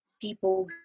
people